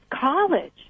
college